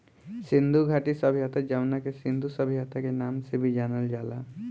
सिंधु घाटी सभ्यता जवना के सिंधु सभ्यता के नाम से भी जानल जाला